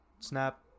snap